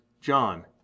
john